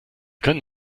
können